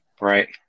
Right